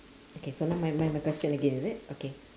okay so now my my my question again is it okay